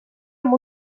amb